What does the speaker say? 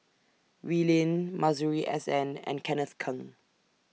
Wee Lin Masuri S N and Kenneth Keng